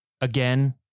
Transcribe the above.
again